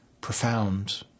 profound